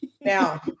Now